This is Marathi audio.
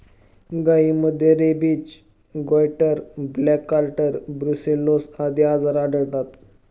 गायींमध्ये rabies, goitre, black quarter, brucellosis आदी आजार आढळतात